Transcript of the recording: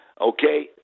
okay